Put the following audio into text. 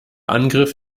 angriff